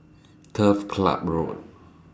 Turf Club Road